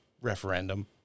referendum